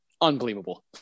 unbelievable